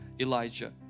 Elijah